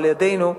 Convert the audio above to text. לא על-ידינו,